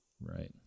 Right